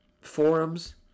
forums